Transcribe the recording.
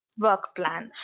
work plan.